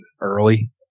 early